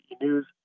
News